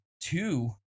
two